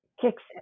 kicks